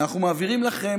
את חוק אנשים עם מוגבלויות,